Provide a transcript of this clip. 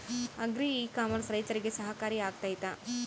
Agri e commerce ರೈತರಿಗೆ ಸಹಕಾರಿ ಆಗ್ತೈತಾ?